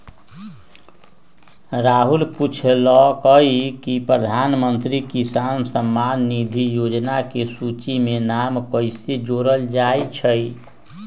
राहुल पूछलकई कि प्रधानमंत्री किसान सम्मान निधि योजना के सूची में नाम कईसे जोरल जाई छई